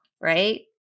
right